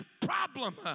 problem